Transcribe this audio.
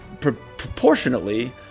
proportionately